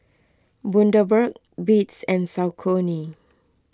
Bundaberg Beats and Saucony